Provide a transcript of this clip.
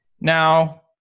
Now